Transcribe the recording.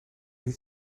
niet